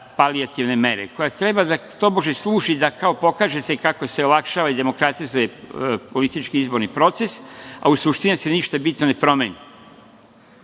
palijativne mere koja treba da tobože služi da se kao pokaže kako se olakšava i demokratizuje politički izborni proces, a u suštini se ništa bitno ne promeni. Da